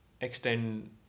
extend